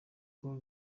kuko